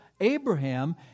Abraham